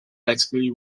exactly